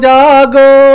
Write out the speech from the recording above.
Jago